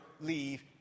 leave